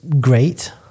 great